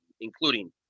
including